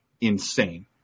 insane